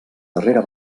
darrera